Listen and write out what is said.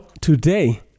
today